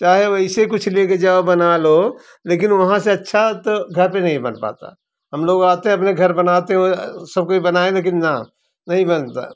चाहे वैसे कुछ ले के जाओ बना लो लेकिन वहाँ से अच्छा तो घर पर नहीं बन पाता है हम लोग आते हैं अपने घर पर बनाते हैं सब कोई बनाए लेकिन ना नहीं बनता